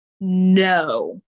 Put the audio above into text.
no